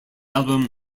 album